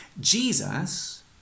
Jesus